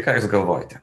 ką jūs galvojate